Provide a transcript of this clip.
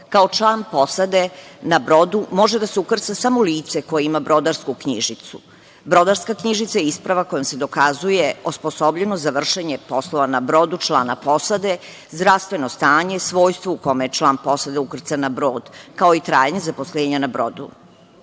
član posade na brodu može da se ukrca samo lice koje ima brodarsku knjižicu. Brodarska knjižica je isprava kojom se dokazuje osposobljenost za vršenje poslova na brodu člana posade, zdravstveno stanje, svojstvo u kome je član posade ukrcan na brod, kao i trajanje zaposlenja na